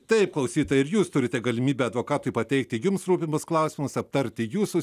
taip klausyta ir jūs turite galimybę advokatui pateikti jums rūpimus klausimus aptarti jūsų